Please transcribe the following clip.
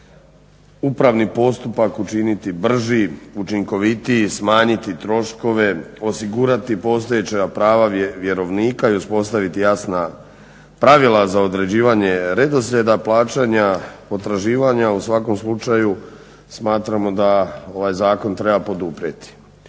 upravni postupak učiniti brži, učinkovitiji, smanjiti troškove, osigurati postojeća prava vjerovnika i uspostaviti jasna pravila za određivanje redoslijeda plaćanja potraživanja u svakom slučaju smatramo da ovaj zakon treba poduprijeti.